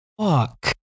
fuck